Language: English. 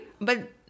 But-